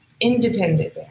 independent